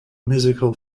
musical